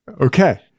Okay